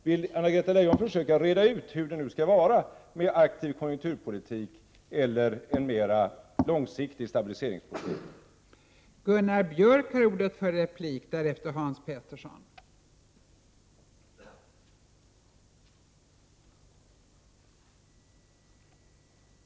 Vill Anna-Greta Leijon reda ut hur det skall vara med aktiv konjunkturpo — Prot. 1988/89:47 litik eller mera långsiktig stabiliseringspolitik? 16 december 1988